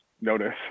notice